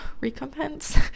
recompense